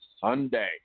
Sunday